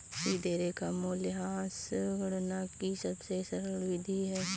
सीधी रेखा मूल्यह्रास गणना की सबसे सरल विधि है